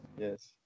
yes